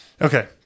Okay